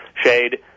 shade